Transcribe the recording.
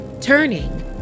Turning